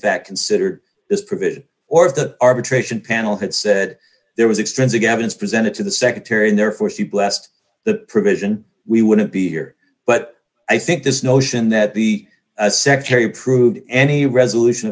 fact considered this provision or if the arbitration panel had said there was extensive evidence presented to the secretary and therefore she blessed the provision we wouldn't be here but i think this notion that the secretary approved any resolution